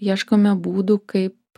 ieškome būdų kaip